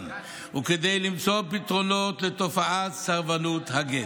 וכדי למצוא פתרונות לתופעת סרבנות הגט.